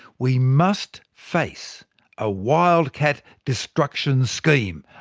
we must face a wildcat destruction scheme.